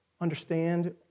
Understand